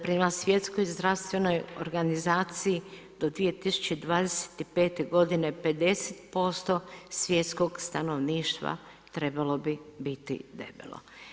Prema Svjetskoj zdravstvenoj organizaciji do 2025. godine, 50% svjetskog stanovništva trebalo bi biti debelo.